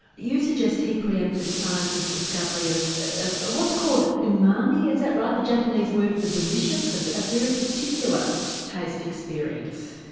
you suggest he pre-empted science's discovery of ah what's called umami, is that right, the japanese word for delicious, a very particular taste experience.